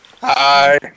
Hi